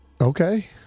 Okay